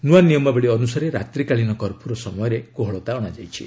ନ୍ତ୍ରଆ ନିୟମାବଳୀ ଅନୁସାରେ ରାତ୍ରିକାଳୀନ କର୍ଫ୍ୟୁର ସମୟରେ କୋହଳତା ଅଣାଯାଇଛି